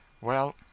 Well